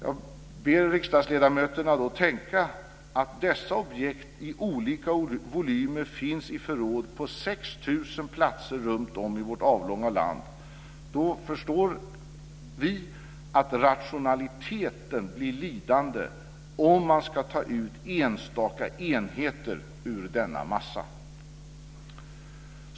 Jag ber riksdagsledamöterna tänka på att dessa objekt i olika volymer finns i förråd på 6 000 platser runtom i vårt avlånga land. Då förstår vi att rationaliteten blir lidande om man ska ta ut enstaka enheter ur denna massa.